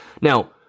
Now